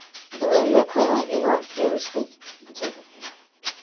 ᱟᱫᱚ ᱮᱱᱦᱤᱞᱳᱜ ᱠᱷᱚᱱ ᱜᱮ ᱤᱧᱦᱚᱸ ᱟᱹᱰᱤ ᱨᱟᱹᱥᱠᱟᱹᱧ ᱵᱩᱡᱷᱟᱹᱣ ᱠᱮᱫᱟ